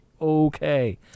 okay